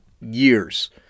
years